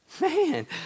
Man